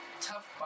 tough